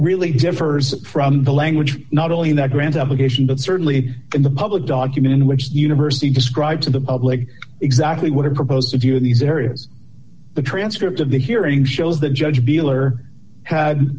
really differs from the language not only in that grant application but certainly in the public document in which the university described to the public exactly what it proposed to do in these areas the transcript of the hearing shows the judge dealer had